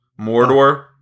Mordor